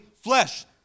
flesh